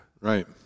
right